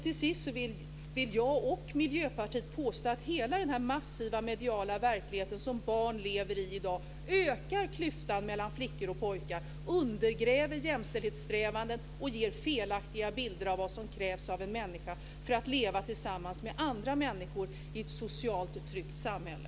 Till sist vill jag och Miljöpartiet påstå att hela den här massiva mediala verkligheten som barn i dag lever i ökar klyftan mellan flickor och pojkar. Den undergräver jämställdhetssträvanden och ger felaktiga bilder av vad som krävs av en människa för leva tillsammans med andra människor i ett socialt tryggt samhälle.